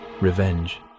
revenge